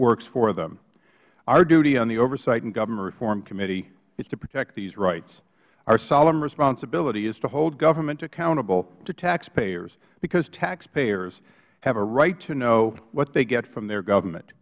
works for them our duty on the oversight and government reform committee is to protect these rights our solemn responsibility is to hold government accountable to taxpayers because taxpayers have a right to know what they get from their government